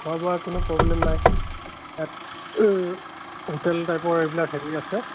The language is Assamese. খােৱা বোৱা কোনো প্ৰব্লেম নাই ইয়াত হোটেল টাইপৰ এইবিলাক হেৰি আছে